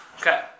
Okay